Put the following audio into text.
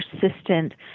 persistent